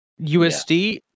USD